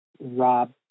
Rob